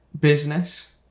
business